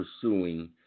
pursuing